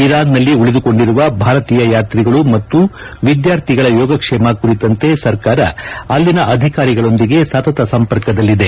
ಇರಾನ್ನಲ್ಲಿ ಉಳಿದುಕೊಂಡಿರುವ ಭಾರತೀಯ ಯಾತ್ರಿಗಳು ಮತ್ತು ವಿದ್ವಾರ್ಥಿಗಳ ಯೋಗಕ್ಷೇಮ ಕುರಿತಂತೆ ಸರ್ಕಾರ ಅಲ್ಲಿಯ ಅಧಿಕಾರಿಗಳೊಂದಿಗೆ ಸತತ ಸಂಪರ್ಕದಲ್ಲಿದೆ